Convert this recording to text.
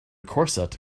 corset